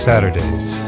Saturdays